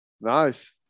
Nice